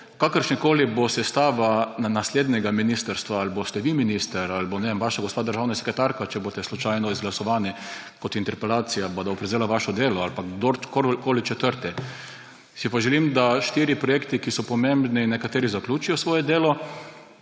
Kakršnakoli bo sestava naslednjega ministrstva, ali boste vi minister ali bo, ne vem, vaša gospa državna sekretarka, če bo slučajno izglasovana interpelacija, prevzela vaše delo ali pa kdorkoli četrti, si pa želim, da v štirih projektih, ki so pomembni, nekateri zaključijo svoje delo.